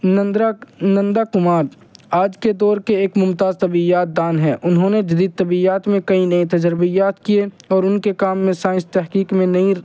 نندا نندا کمار آج کے دور کے ایک ممتاز طبعیات دان ہیں انہوں نے جدید طبعیات میں کئی نئے تجربات کیے اور ان کے کام میں سائنس تحقیق میں نئی